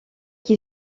qui